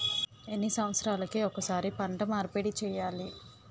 ఎన్ని సంవత్సరాలకి ఒక్కసారి పంట మార్పిడి చేయాలి?